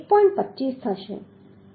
25 થશે